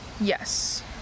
yes